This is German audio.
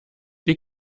die